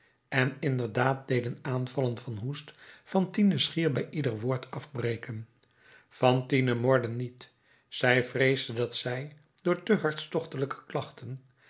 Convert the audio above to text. en inderdaad deden aanvallen van hoest fantine schier bij ieder woord afbreken fantine morde niet zij vreesde dat zij door te harstochtelijke klachten